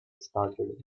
started